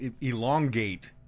elongate